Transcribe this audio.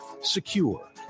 secure